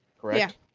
Correct